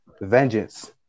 vengeance